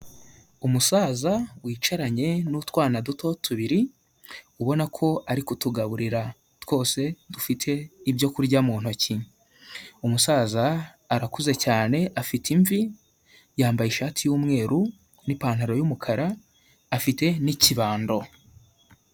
Umusaza wicaranye n'utwana duto tubiri ubona ko ari kutugaburira twose dufite ibyo kurya mu ntoki, umusaza arakuze cyane afite imvi yambaye ishati y'umweru n'ipantaro y'umukara afite n'ikibando.